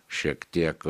šiek tiek